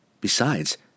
Besides